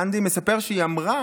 אנדי מספר שהיא אמרה